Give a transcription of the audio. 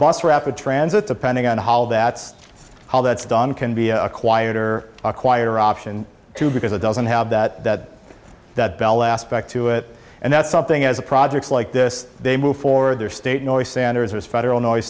the transit depending on how that how that's done can be acquired or acquire option too because it doesn't have that that that bell aspect to it and that's something as a project like this they move for their state noise sanders federal noise